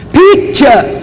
picture